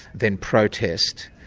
then protest,